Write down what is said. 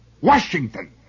Washington